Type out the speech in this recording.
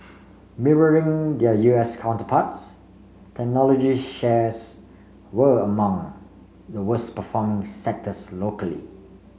mirroring their U S counterparts technology shares were among the worst performing sectors locally